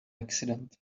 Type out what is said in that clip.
accident